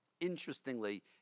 interestingly